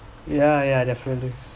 yeah yeah definitely